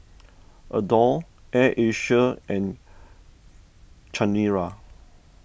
Adore Air Asia and Chanira